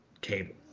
cable